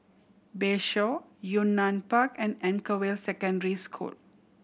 Bayshore Yunnan Park and Anchorvale Secondary School